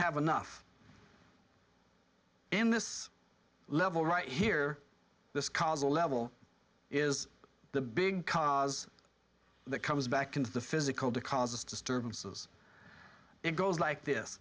have enough in this level right here this cause a level is the big cause that comes back into the physical to causes disturbances it goes like this